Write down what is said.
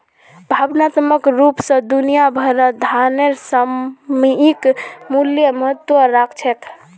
भावनात्मक रूप स दुनिया भरत धनेर सामयिक मूल्य महत्व राख छेक